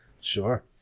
sure